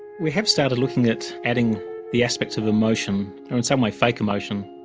we have started looking at adding the aspects of emotion, in some way fake emotion,